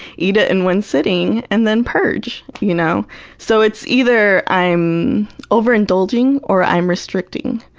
eat it in one sitting, and then purge. you know so it's either i'm overindulging or i'm restricting.